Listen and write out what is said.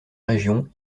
région